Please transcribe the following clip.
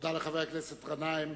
תודה לחבר הכנסת גנאים.